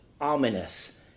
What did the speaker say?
ominous